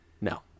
No